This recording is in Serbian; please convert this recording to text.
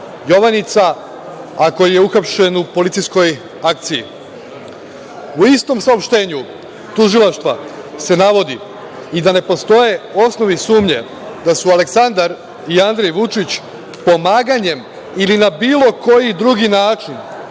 „Jovanica“, a koji je uhapšen u policijskoj akciji.U istom saopštenju Tužilaštva se navodi i da ne postoje osnove i sumnje da su Aleksandar i Andrej Vučić pomaganjem ili na bilo koji drugi način